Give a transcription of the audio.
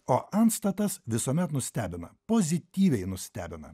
o antstatas visuomet nustebina pozityviai nustebina